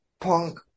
Punk